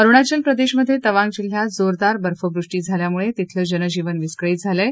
अरूणाचल प्रदेशमध्ये तवांग जिल्ह्यात जोरदार बर्फवृष्टी झाल्यामुळे तिथलं जनजीवन विस्कळीत झालं आहे